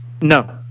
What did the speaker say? No